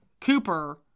Cooper